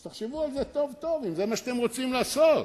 תחשבו טוב טוב אם זה מה שאתם רוצים לעשות.